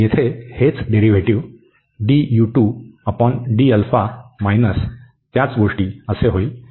आणि येथे हेच डेरीव्हेटिव मायनस त्याच गोष्टी असे होईल